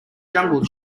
jungle